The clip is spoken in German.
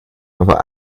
aber